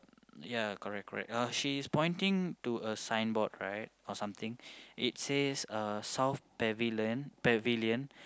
ya correct correct uh she is pointing to a signboard right or something it says uh South Pavillion Pavillion